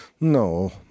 no